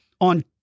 on